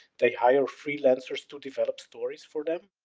they hire freelancers to develop stories for them.